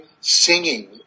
singing